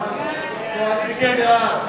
קואליציה בעד.